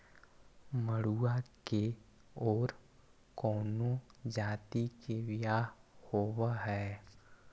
मडूया के और कौनो जाति के बियाह होव हैं?